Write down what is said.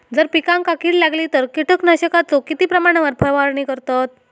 जर पिकांका कीड लागली तर कीटकनाशकाचो किती प्रमाणावर फवारणी करतत?